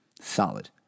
Solid